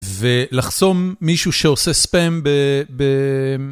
ולחסום מישהו שעושה ספאם ב...